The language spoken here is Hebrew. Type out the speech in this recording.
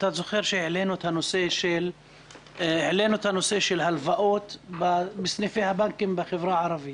אתה זוכר שהעלינו את הנושא של הלוואות בסניפי הבנקים בחברה הערבית.